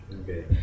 Okay